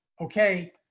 okay